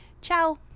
Ciao